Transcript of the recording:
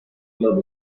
club